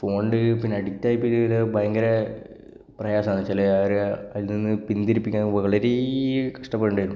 പോണിൻ്റെ ഗ്രൂപ്പിന് അഡിക്റ്റ് ആയിപ്പോയി കഴിഞ്ഞാൽ ഭയങ്കര പ്രയാസമാണെന്ന് ചിലവർ അതില് നിന്നു പിന്തിരിപ്പിക്കാന് വളരേ കഷ്ടപ്പെടേണ്ടി വരും